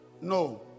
No